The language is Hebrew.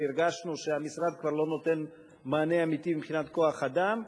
שהרגשנו שהמשרד כבר לא נותן מענה אמיתי מבחינת כוח-אדם,